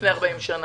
לפני 40 שנים,